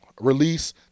release